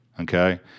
okay